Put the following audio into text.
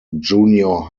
junior